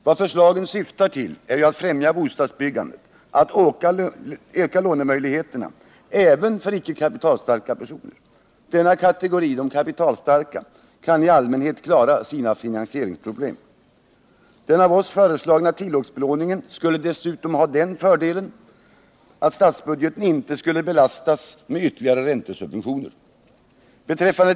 Vad förslaget syftar till är att främja bostadsbyggandet — öka lånemöjligheterna även för icke kapitalstarka personer. De kapitalstarka kan i allmänhet klara sina finansieringsproblem. Den av oss föreslagna tilläggsbelåningen skulle dessutom ha den fördelen att statsbudgeten inte skulle belastas med ytterligare räntesubventioner.